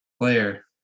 Player